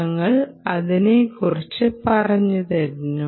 ഞങ്ങൾ അതിനെക്കുറിച്ച് പറഞ്ഞിരുന്നു